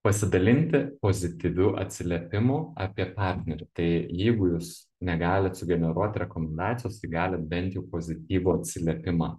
pasidalinti pozityviu atsiliepimu apie partnerį tai jeigu jūs negalit sugeneruot rekomendacijos tai galit bent jau pozityvų atsiliepimą